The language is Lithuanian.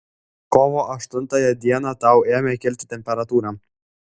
kovo aštuntąją dieną tau ėmė kilti temperatūra